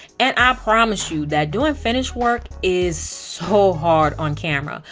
and i promise you that doing finish work is so hard on camera.